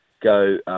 go –